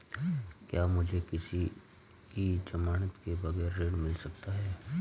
क्या मुझे किसी की ज़मानत के बगैर ऋण मिल सकता है?